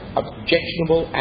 objectionable